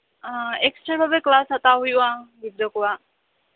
ᱟᱨ extra ᱵᱷᱟᱵᱮ class ᱦᱟᱛᱟᱣ ᱦᱩᱭᱩᱜᱼᱟ ᱜᱤᱫᱽᱨᱟᱹ ᱠᱚᱣᱟᱜ